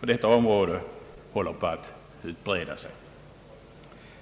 på detta område håller på att utbreda sig.